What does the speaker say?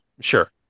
sure